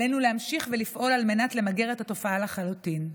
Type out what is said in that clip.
עלינו להמשיך ולפעול על מנת למגר את התופעה לחלוטין.